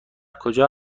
کجا